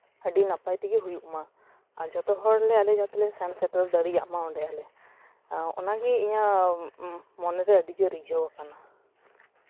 ᱟᱹᱰᱤ ᱱᱟᱯᱟᱭ ᱛᱮᱜᱮ ᱦᱩᱭᱩᱜ ᱢᱟ ᱟᱨ ᱡᱚᱛᱚ ᱦᱚᱲᱞᱮ ᱟᱞᱮ ᱡᱟᱛᱮᱞᱮ ᱥᱮᱱ ᱥᱮᱴᱮᱨ ᱫᱟᱲᱮᱭᱟᱜ ᱢᱟ ᱚᱸᱰᱮ ᱟᱞᱮ ᱚᱱᱟᱜᱮ ᱤᱧᱟᱹᱜ ᱢᱚᱱᱮᱨᱮ ᱟᱹᱰᱤ ᱡᱳᱨ ᱨᱤᱡᱷᱟᱹᱣ ᱠᱟᱱᱟ